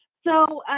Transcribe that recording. so,